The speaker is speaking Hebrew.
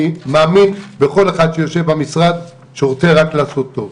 אני מאמין שכל אחד שיושב במשרד רוצה רק לעשות טוב.